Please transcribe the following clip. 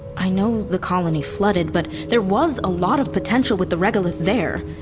i know the colony flooded, but there was a lot of potential with the regolith there.